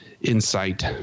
insight